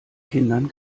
kindern